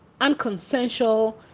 unconsensual